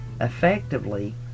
effectively